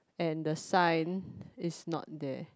and the sign is not there